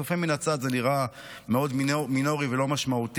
שלצופה מן הצד זה נראה מאוד מינורי ולא משמעותי,